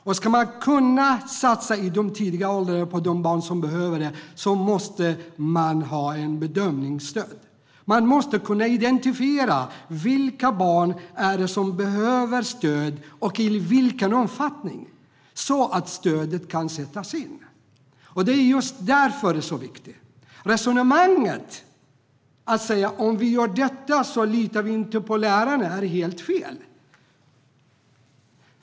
Och ska man kunna satsa i de tidiga åldrarna på de barn som behöver det måste man ha ett bedömningsstöd. Man måste kunna identifiera vilka barn som behöver stöd och i vilken omfattning så att stödet kan sättas in. Det är just därför det är så viktigt. Resonemanget att om vi gör detta litar vi inte på lärarna är helt fel.